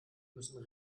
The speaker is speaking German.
müssen